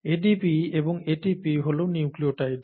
ADP এবং ATP হল nucleotide